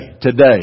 today